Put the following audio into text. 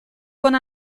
con